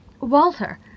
Walter